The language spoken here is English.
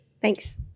Thanks